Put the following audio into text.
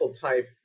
type